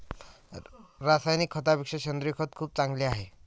रासायनिक खतापेक्षा सेंद्रिय खत खूप चांगले आहे